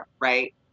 right